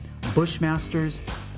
Bushmasters